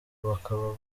bakaba